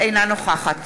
אינה נוכחת